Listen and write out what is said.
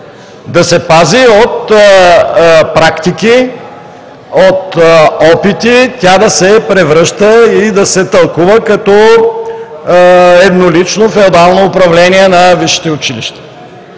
да се пази от практики, от опити тя да се превръща и да се тълкува като еднолично феодално управление на висшите училища.